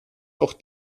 auch